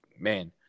man